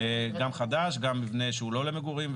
גם חדש גם מבנה שהוא לא מגורים.